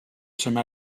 some